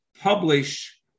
publish